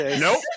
Nope